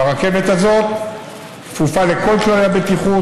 והרכבת הזאת כפופה לכל כללי הבטיחות.